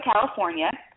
California